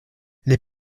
les